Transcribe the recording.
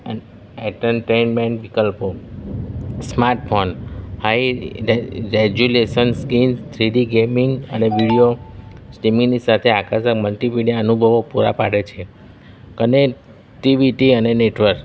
entertainment વિકલ્પો smart phone high resolutions screen three d gaming અને અને વિડીયો સ્ટ્રીમીંગની સાથે આકર્ષક મલ્ટી મીડિયા અનુભવો પૂરા પાડે છે કનેક્ટિવિટી અને નેટવર્ક